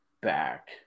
back